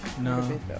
No